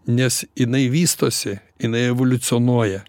nes jinai vystosi jinai evoliucionuoja